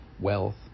wealth